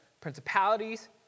principalities